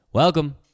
Welcome